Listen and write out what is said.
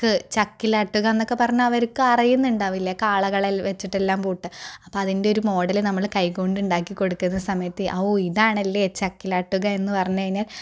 ചക്കിലാട്ടുക എന്നൊക്കെ പറഞ്ഞാൽ അവർക്ക് അറിയുന്നുണ്ടാവില്ല കാളകളിൽ വെച്ചിട്ടെല്ലാം പൂട്ട് അപ്പം അതിൻ്റെ ഒരു മോഡല് നമ്മൾ കൈകൊണ്ട് ഉണ്ടാക്കി കൊടുക്കുന്ന സമയത്ത് ഓ ഇതാണല്ലേ ചക്കിലാട്ടുക എന്ന് പറഞ്ഞു കഴിഞ്ഞാൽ